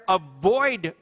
avoid